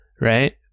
right